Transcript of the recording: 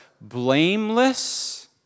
Blameless